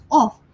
off